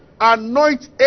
anoint